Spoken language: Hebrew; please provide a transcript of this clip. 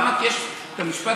השופט ברק, כמה שנים הוא היה שופט